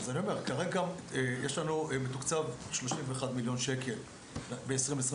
אז אני אומר: כרגע מתוקצב 31 מיליון שקל ב-2022,